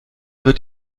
wird